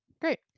Great